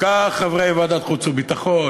כך חברי ועדת חוץ וביטחון,